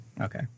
Okay